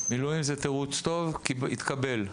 מילואים זה תירוץ טוב, התקבל.